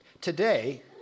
Today